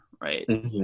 right